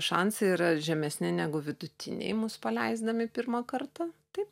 šansai yra žemesni negu vidutiniai mus paleisdami pirmą kartą taip